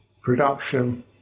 production